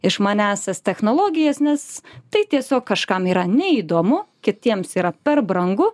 išmaniąsias technologijas nes tai tiesiog kažkam yra neįdomu kitiems yra per brangu